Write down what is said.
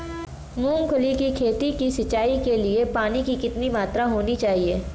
मूंगफली की खेती की सिंचाई के लिए पानी की कितनी मात्रा होनी चाहिए?